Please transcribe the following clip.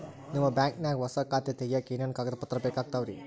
ನಿಮ್ಮ ಬ್ಯಾಂಕ್ ನ್ಯಾಗ್ ಹೊಸಾ ಖಾತೆ ತಗ್ಯಾಕ್ ಏನೇನು ಕಾಗದ ಪತ್ರ ಬೇಕಾಗ್ತಾವ್ರಿ?